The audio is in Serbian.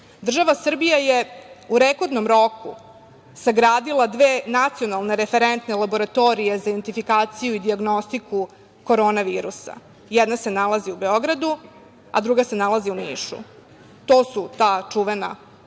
Država Srbija je u rekordnom roku sagradila dve nacionalne referentne laboratorije za identifikaciju i dijagnostiku korona virusa. Jedna se nalazi u Beogradu, a druga se nalazi u Nišu. To su te čuvene